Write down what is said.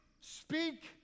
Speak